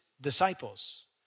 disciples